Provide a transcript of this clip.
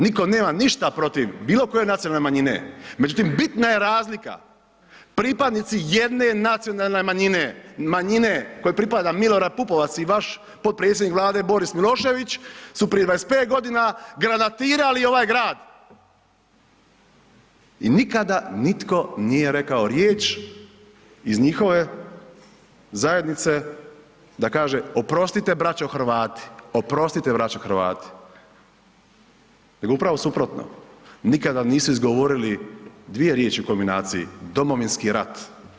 Nitko nema ništa protiv bilokoje nacionalne manjine međutim bitna je razlika pripadnici jedne nacionalne manjine, manjine kojoj pripada M. Pupovac i vaš potpredsjednik Vlade B. Milošević su prije 25 g. granatirali ovaj grad i nikada nitko nije rekao riječ iz njihove zajednice da kaže oprostite, braćo Hrvati, oprostite braćo Hrvati nego upravo suprotno, nikada nisu izgovorili dvije riječi u kombinaciji Domovinski rat.